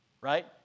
right